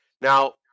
Now